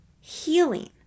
healing